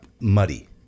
muddy